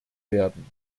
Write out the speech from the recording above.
werden